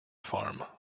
farm